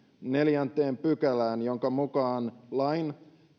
neljänteen pykälään jonka mukaan lain